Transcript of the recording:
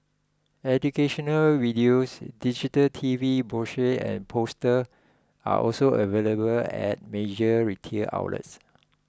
educational videos digital T V brochure and poster are also available at major retail outlets